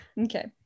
Okay